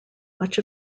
much